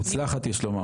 מוצלחת יש לומר.